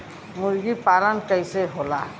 मुर्गी पालन कैसे होला?